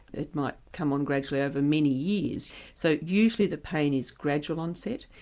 it might come on gradually over many years so usually the pain is gradual onset,